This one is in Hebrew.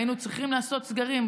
היינו צריכים לעשות סגרים,